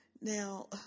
Now